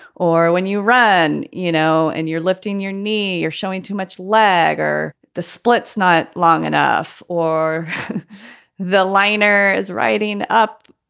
or when you run, you know, and you're lifting your knee, you're showing too much leg or the splits. not long enough or the liner is writing up,